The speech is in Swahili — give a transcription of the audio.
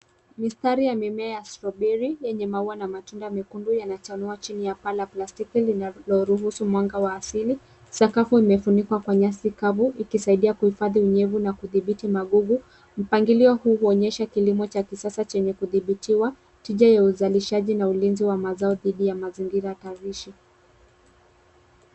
Mistari ya mimea ya strawberry yenye maua na matunda mekundu yanachanua chini ya paa la plastiki linaloruhusu mwanga wa asili. Sakafu imefunikwa kwa nyasi kavu ikisaidia kuhifadhi unyevu na kudhibiti magugu. Mpangilio huu huonyesha kilimo cha kisasa chenye kudhibitiwa. Tija ya uzalishaji na ulinzi wa mazao dhidi ya mazingira kazishi.